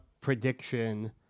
prediction